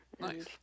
Nice